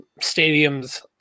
stadiums